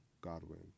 Godwin